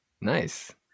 Nice